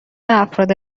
افراد